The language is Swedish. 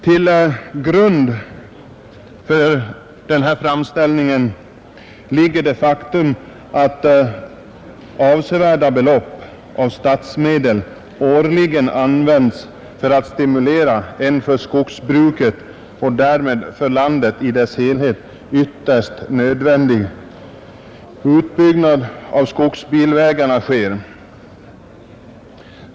Till grund för denna framställning ligger det faktum att avsevärda belopp av statsmedel årligen använts för att stimulera en för skogsbruket och därmed för landet i dess helhet ytterst nödvändig utbyggnad av skogsbilvägarna.